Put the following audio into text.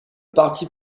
parti